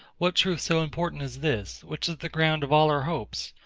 what truth so important as this, which is the ground of all our hopes,